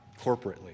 corporately